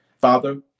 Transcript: Father